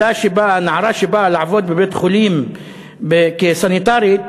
נערה שבאה לעבוד בבית-חולים כסניטרית,